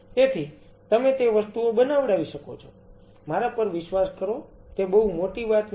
તેથી તમે તે વસ્તુઓ બનાવડાવી શકો છો મારા પર વિશ્વાસ કરો તે બહુ મોટી વાત નથી